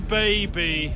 baby